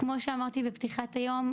כמו שאמרתי בפתיחת היום,